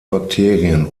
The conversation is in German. bakterien